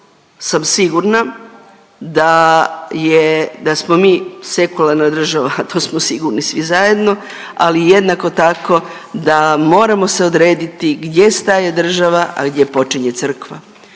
sam sigurna da je, da smo mi sekularna država, a to smo sigurni svi zajedno, ali jednako tako da moramo se odrediti gdje staje države, a gdje počinje crkva